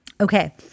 Okay